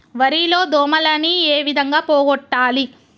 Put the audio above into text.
వరి లో దోమలని ఏ విధంగా పోగొట్టాలి?